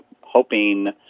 hoping